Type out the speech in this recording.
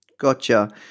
Gotcha